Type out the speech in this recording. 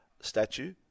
Statue